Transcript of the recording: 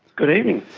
good evening.